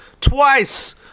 twice